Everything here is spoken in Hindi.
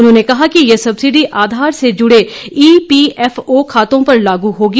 उन्होंने कहा कि यह सबसिडी आधार से जुडे ईपीएफओ खातों पर लागू होगी